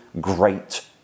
great